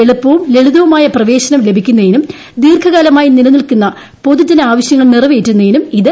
എളുപ്പവും ലളിതവുമായ പ്രവേശനം ലഭിക്കുന്നതിനും ദീർഘകാലമായി നിലനിൽക്കുന്ന പൊതുജനാവശ്യങ്ങൾ നിറവേറ്റുന്നതിനും ഇത് ലക്ഷ്യമിടുന്നു